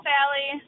Sally